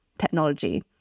Technology